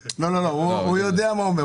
הוא יודע מה הוא אומר.